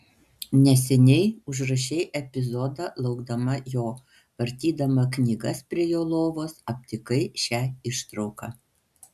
neseniai užrašei epizodą laukdama jo vartydama knygas prie jo lovos aptikai šią ištrauką